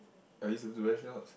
are you supposed to wear socks